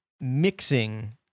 mixing